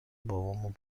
بابامو